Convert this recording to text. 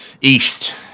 east